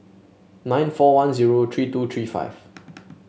nine four one zero three two three five